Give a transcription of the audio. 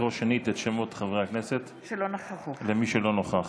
לקרוא שנית את שמות חברי הכנסת, מי שלא נכח.